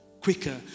quicker